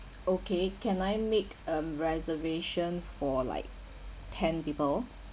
okay can I make a reservation for like ten people